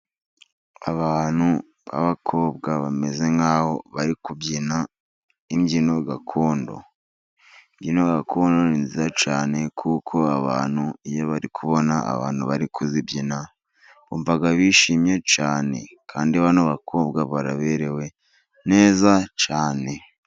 Abantu b'abakobwa bameze nk'aho bari kubyina imbyino gakondo. Imbyino gakondo ni nziza cyane, kuko abantu iyo bari kubona abantu bari kuzibyina, bumva bishimye cyane, kandi bano bakobwa baraberewe neza cyane.